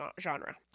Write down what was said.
genre